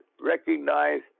recognize